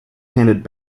handed